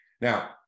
Now